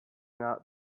not